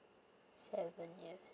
seven years